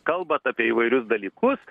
kalbat apie įvairius dalykus